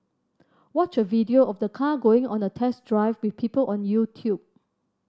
watch a video of the car going on a test drive with people on YouTube